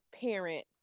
parents